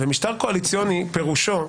ומשטר קואליציוני פירושו,